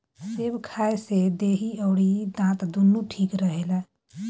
सेब खाए से देहि अउरी दांत दूनो ठीक रहेला